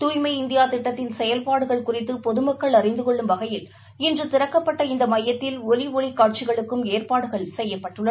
தூய்மை இந்தியா திட்டத்தின் செயல்பாடுகள் குறித்து பொதுமக்கள் அறிந்து கொள்ளும் வகையில் இன்று திறக்கப்பட்ட இந்த மையத்தில் ஒலி ஒளி காட்சிகளுக்கும் ஏற்பாடுகள் செய்யப்பட்டுள்ள